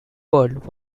world